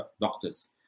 doctors